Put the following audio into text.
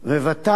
ות"ל,